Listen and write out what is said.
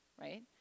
right